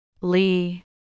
Lee